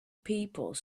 people